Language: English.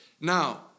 Now